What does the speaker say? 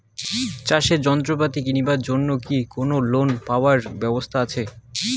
চাষের যন্ত্রপাতি কিনিবার জন্য কি কোনো লোন পাবার ব্যবস্থা আসে?